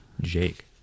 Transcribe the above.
Jake